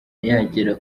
yagera